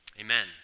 Amen